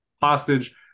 hostage